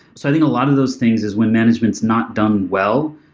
so i think a lot of those things is when management's not done well.